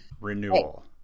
renewal